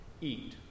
eat